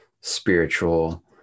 spiritual